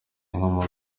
inkomoko